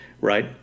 right